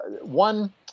one